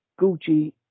Gucci